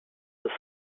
ist